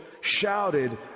shouted